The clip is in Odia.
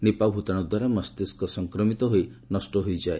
ନିପା ଭୂତାଣୁ ଦ୍ୱାରା ମସ୍ତିଷ୍କ ସଂକ୍ରମିତ ହୋଇ ନଷ୍ଟ ହୋଇଯାଏ